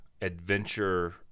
adventure